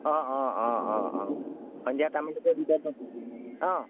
অঁ অঁ অঁ অঁ অঁ সন্ধিয়া টাইমলৈকে ঠিক আছে অঁ